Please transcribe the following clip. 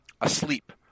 asleep